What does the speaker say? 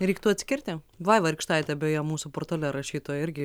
reiktų atskirti vaiva rykštaitė beje mūsų portale rašytoja irgi